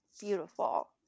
beautiful